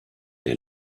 der